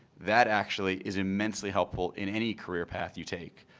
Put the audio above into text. that actually is immensely helpful in any career path you take.